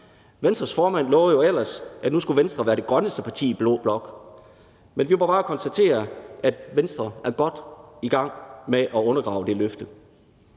Venstres formand lovede jo ellers, at nu skulle Venstre være det grønneste parti i blå blok, men vi må bare konstatere, at Venstre er godt i gang med at undergrave det løfte.